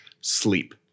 sleep